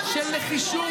אתה לא מתבייש?